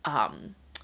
um